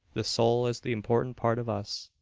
the soul is the important part of us.